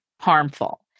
harmful